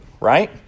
right